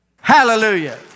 Hallelujah